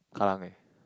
Kallang eh